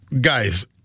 guys